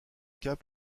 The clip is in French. cas